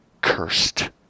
Cursed